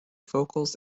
vocals